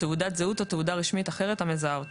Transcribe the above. תעודת זהות או תעודה רשמית אחרת המזהה אותו,